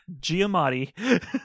giamatti